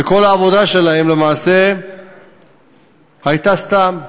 וכל העבודה שלהם למעשה הייתה סתם.